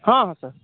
हॅं हॅं सर